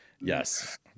yes